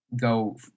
go